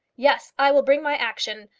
yes i will bring my action.